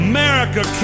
America